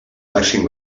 màxim